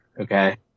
Okay